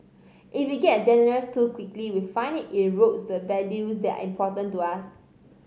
if we get generous too quickly we find it erodes the values that are important to us